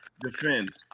defend